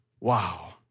Wow